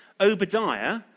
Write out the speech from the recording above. Obadiah